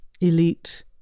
elite